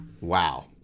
Wow